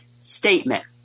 statement